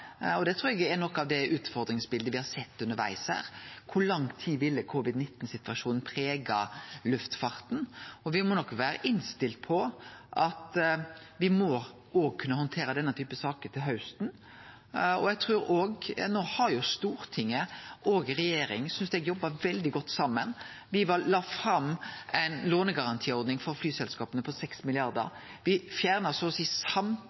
og det trur eg òg er noko av utfordringsbiletet me har sett undervegs her: Kor lang tid ville covid-19-situasjonen prege luftfarten? Me må nok vere innstilte på at me òg må kunne handtere denne typen saker til hausten. No har jo Stortinget og regjeringa, synest eg, jobba veldig godt saman. Me la fram ei lånegarantiordning for flyselskapa på 6 mrd. kr, me fjerna så